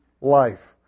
life